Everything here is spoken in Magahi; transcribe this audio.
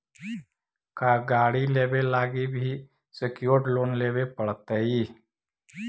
का गाड़ी लेबे लागी भी सेक्योर्ड लोन लेबे पड़तई?